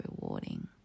rewarding